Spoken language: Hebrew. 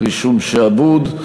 רישום שעבוד).